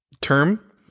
term